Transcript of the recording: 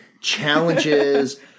challenges